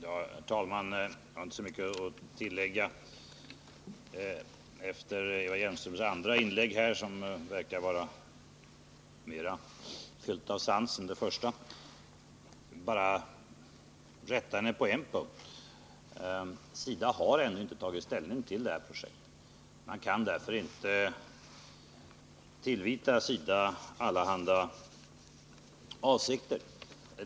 Herr talman! Jag har inte så mycket att tillägga efter Eva Hjelmströms andra inlägg, som var mera fyllt av sans än det första. Jag vill bara rätta henne på en punkt. SIDA har ännu inte tagit ställning till det aktuella projektet, och man kan därför inte tillvita SIDA allehanda avsikter i det avseendet.